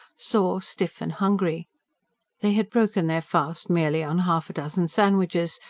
sore, stiff and hungry they had broken their fast merely on half-a-dozen sandwiches,